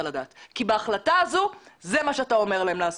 כי בהחלטה הזו זה מה שאתה אומר להם לעשות.